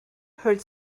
heard